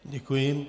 Děkuji.